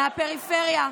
מהפריפריה,